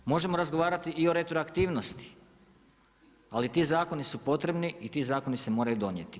Možemo razgovarati i o retroaktivnosti, ali ti zakoni su potrebni i ti zakoni se moraju donijeti.